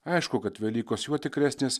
aišku kad velykos juo tikresnės